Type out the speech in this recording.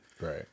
Right